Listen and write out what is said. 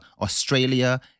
Australia